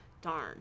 Darn